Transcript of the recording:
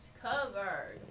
covered